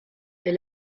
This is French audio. est